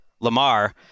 Lamar